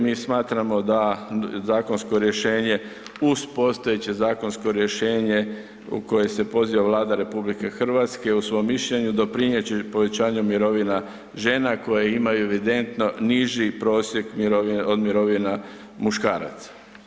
Mi smatramo da zakonsko rješenje uz postojeće zakonsko rješenje u koje se poziva Vlada u svom mišljenju, doprinijet će povećanju mirovina žena koje imaju evidentno niži prosjek od mirovina muškaraca.